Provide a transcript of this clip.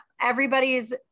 everybody's